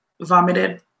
vomited